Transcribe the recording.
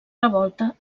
revolta